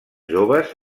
joves